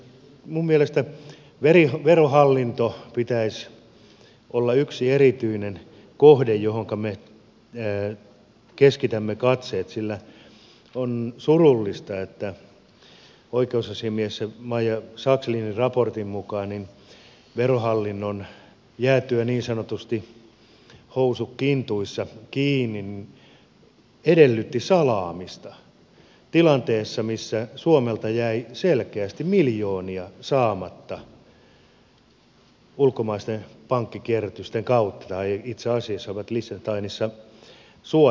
minun mielestäni verohallinnon pitäisi olla yksi erityinen kohde johonka me keskitämme katseet sillä on surullista että oikeusasiamies maija sakslinin raportin mukaan verohallinnon jäätyä niin sanotusti housut kintuissa kiinni edellytettiin salaamista tilanteessa missä suomelta jäi selkeästi miljoonia saamatta ulkomaisten pankkikierrätysten kautta tai itse asiassa ne ovat liechtensteinissa suojassa